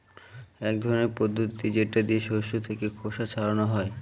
এক ধরনের পদ্ধতি যেটা দিয়ে শস্য থেকে খোসা ছাড়ানো হয়